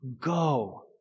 go